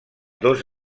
dos